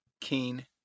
Keen